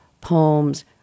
poems